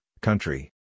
country